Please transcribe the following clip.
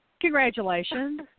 Congratulations